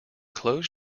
clothes